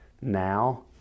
Now